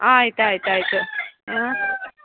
ಆಯ್ತು ಆಯ್ತು ಆಯ್ತು ಹ್ಞೂ